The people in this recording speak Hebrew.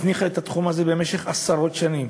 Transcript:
הזניחה את התחום הזה במשך עשרות שנים.